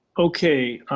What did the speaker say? okay,